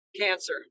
cancer